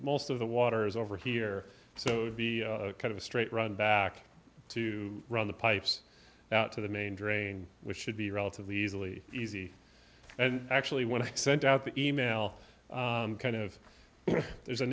most of the waters over here so be kind of a straight run back to run the pipes out to the main drain which should be relatively easily easy and actually when i sent out the e mail kind of there's a